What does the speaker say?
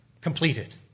completed